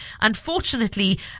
unfortunately